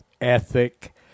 ethic